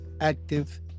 active